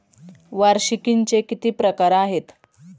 वार्षिकींचे किती प्रकार आहेत?